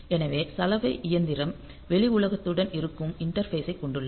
எனவே சலவை இயந்திரம் வெளி உலகத்துடன் இருக்கும் இண்டர்பேஷைக் கொண்டுள்ளது